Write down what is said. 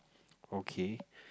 okay